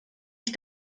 ich